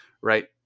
right